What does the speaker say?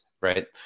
right